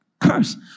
curse